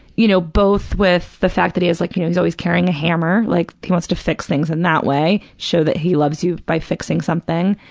you know, both with the fact that he has like, you know, he's always carrying a hammer, like he wants to fix things in that way, show that he loves you by fixing something,